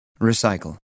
recycle